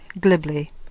glibly